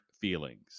feelings